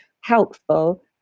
helpful